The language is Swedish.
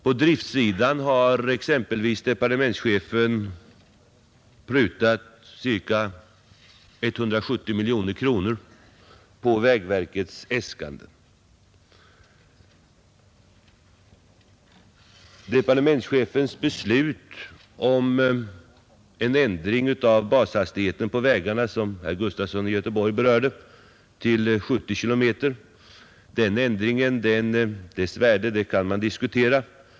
På driftsidan har exempelvis departementschefen prutat ca 170 miljoner kronor på vägverkets äskanden. Värdet av den av departementschefen beslutade ändringen av bashastigheter på vägarna till 70 km — som herr Gustafson i Göteborg berörde — kan man diskutera.